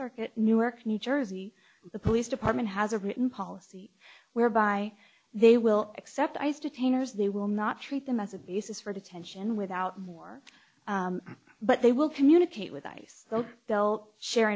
circuit newark new jersey the police department has a written policy whereby they will accept ice detainers they will not treat them as a basis for detention without more but they will communicate with ice so they'll share